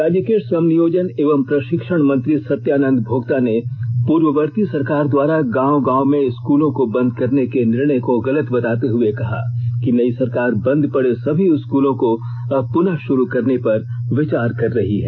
राज्य के श्रम नियोजन एवं प्रशिक्षण मंत्री सत्यानंद भोक्ता ने पूर्ववर्ती सरकार द्वारा गांव गांव में स्कूलों को बंद करने के निर्णय को गलत बताते हुए कहा कि नई सरकार बंद पड़े सभी स्कूलों को अब पुनः शुरू करने पर विचार कर रही है